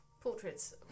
Portraits